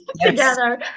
together